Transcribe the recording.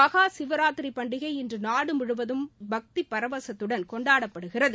மஹா சிவராத்திரி பண்டிகை இன்று நாடு முழுவதும் பக்தி பரவசத்துடன் கொண்டாடப்படுகிறது